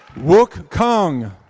wook kang.